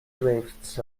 drifts